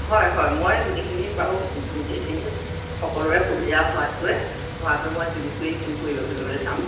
হয় হয় মই গোটেইখিনি বাৰু গোটেইখিনি সকলোৱে সুবিধা হোৱাতকৈ হোৱাকৈ মই যুগুত কৰি পৰিৱেশন কৰিবলৈ চাম